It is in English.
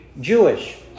Jewish